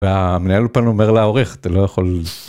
והמנהל אולפן אומר לעורך, אתה לא יכול...